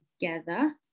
together